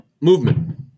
movement